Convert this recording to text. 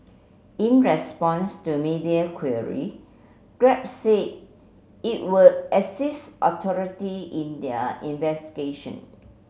in response to media query Grab said it would assist authority in their investigation